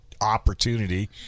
opportunity